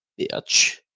bitch